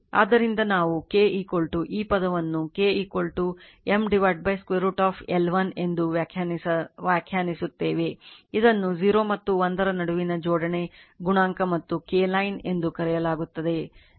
ಆದ್ದರಿಂದ ನಾವು K ಈ ಪದವನ್ನು k M √ L1 ಎಂದು ವ್ಯಾಖ್ಯಾನಿಸುತ್ತೇವೆ ಇದನ್ನು 0 ಮತ್ತು 1 ರ ನಡುವಿನ ಜೋಡಣೆ ಗುಣಾಂಕ ಮತ್ತು K line ಎಂದು ಕರೆಯಲಾಗುತ್ತದೆ